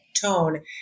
tone